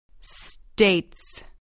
States